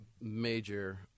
major